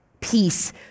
Peace